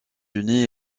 unis